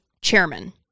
chairman